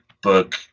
Book